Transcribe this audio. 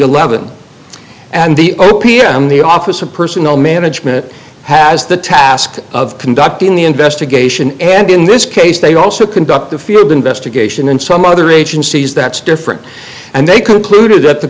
eleven and the o p m the office of personnel management has the task of conducting the investigation and in this case they also conduct the field investigation and some other agencies that's different and they concluded at the